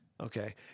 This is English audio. okay